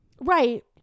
Right